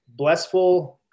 blessful –